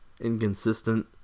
inconsistent